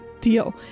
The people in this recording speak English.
deal